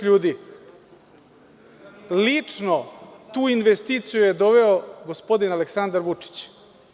Lično tu investiciju je doveo gospodin Aleksandar Vučić.